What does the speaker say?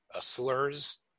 slurs